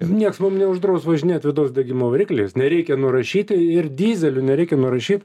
nieks mum neuždraus važinėt vidaus degimo varikliais nereikia nurašyti ir dyzelių nereikia nurašyt